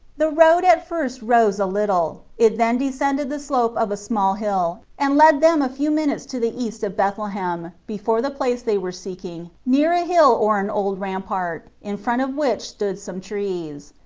the road at first rose a little, it then descended the slope of a small hill, and led them a few minutes to the east of bethlehem, before the place they were seeking, near a hill or an old rampart, in front of which stood some trees.